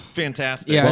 fantastic